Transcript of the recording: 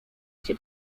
się